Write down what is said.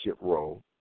role